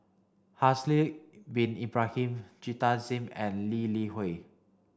Haslir Bin Ibrahim Jita Singh and Lee Li Hui